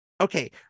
okay